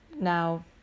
now